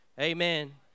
Amen